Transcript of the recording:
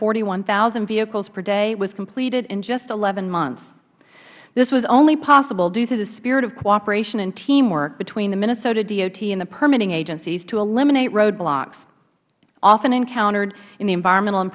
forty one thousand vehicles per day was completed in just eleven months this was only possible due to the spirit of cooperation and teamwork between the minnesota dot and the permitting agencies to eliminate road blocks often encountered in the environment